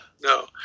no